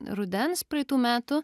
rudens praitų metų